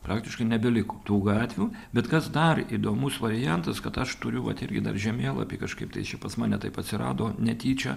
praktiškai nebeliko tų gatvių bet kas dar įdomus variantas kad aš turiu vat irgi dar žemėlapį kažkaip tai jis čia pas mane taip atsirado netyčia